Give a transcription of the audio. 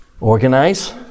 organize